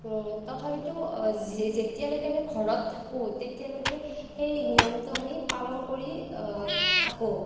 তথাপিটো যেতিয়ালৈকে আমি ঘৰত থাকো তেতিয়ালৈকে সেই নিয়মটো আমি পালন কৰি থাকোঁ